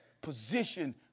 Position